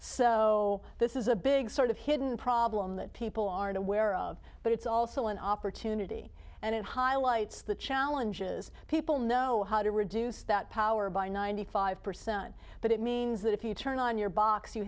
so this is a big sort of hidden problem that people aren't aware of but it's also an opportunity and it highlights the challenges people know how to reduce that power by ninety five percent but it means that if you turn on your box you